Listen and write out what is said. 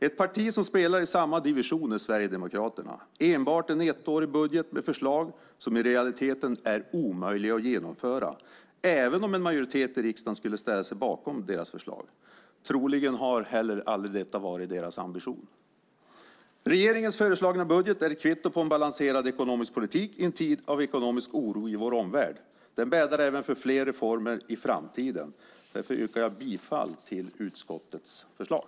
Ett parti som spelar i samma division är Sverigedemokraterna. Det är enbart en ettårig budget med förslag som i realiteten är omöjliga att genomföra även om en majoritet i riksdagen skulle ställa sig bakom dem. Troligen har detta heller aldrig varit deras ambition. Regeringens föreslagna budget är ett kvitto på en balanserad ekonomisk politik i en tid av ekonomisk oro i vår omvärld. Den bäddar även för fler reformer i framtiden. Därför yrkar jag bifall till utskottets förslag.